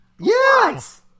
Yes